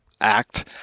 act